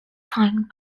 signed